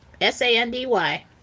s-a-n-d-y